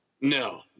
No